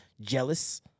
jealous